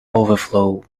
overflow